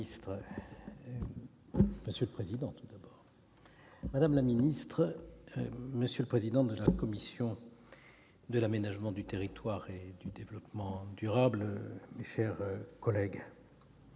Monsieur le président, madame la ministre, monsieur le président de la commission de l'aménagement du territoire et du développement durable, mes chers collègues,